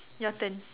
your turn